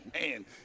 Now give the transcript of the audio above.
man